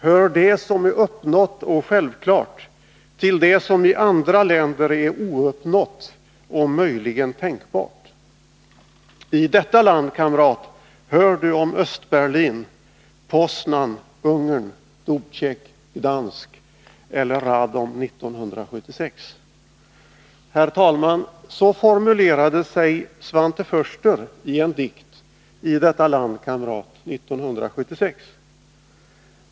hör det som är uppnått och självklart till det som i andra länder är ouppnått och möjligen tänkbart. I detta land, kamrat, hör du om Öst-Berlin, Poznan, Ungern, Dubcek, Gdansk eller Radom 1976...” Så formulerade sig Svante Foerster i en dikt I detta land, kamrat 1976.